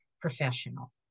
professional